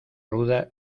ruda